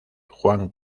juan